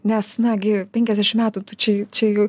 nes na gi penkiasdešim metų čia čia jau